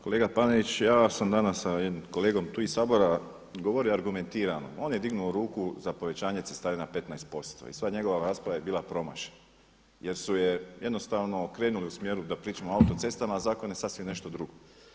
Kolega Panenić, ja sam danas sa jednim kolegom tu iz Sabora govorio argumentirano, on je dignuo ruku za povećanje cestarina 15% i sva njegova rasprava je bila promašena jer su je jednostavno okrenuli u smjeru da pričamo o autocestama a zakon je sasvim nešto drugo.